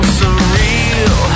surreal